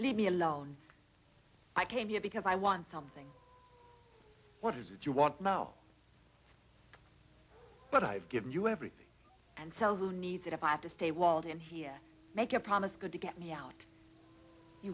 leave me alone i came here because i want something what is it you want now but i've given you everything and so who needs it if i have to stay walled in here make a promise good to get me out